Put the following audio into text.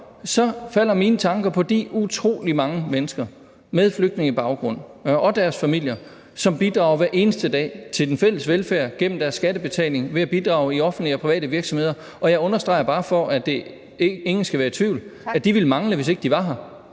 så falder mine tanker på de utrolig mange mennesker med flygtningebaggrund og deres familier, som bidrager hver eneste dag til den fælles velfærd gennem deres skattebetaling ved at bidrage i offentlige og private virksomheder. Jeg understreger, bare for at ingen skal være i tvivl, at de ville mangle, hvis ikke de var her,